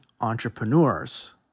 entrepreneurs